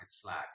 slack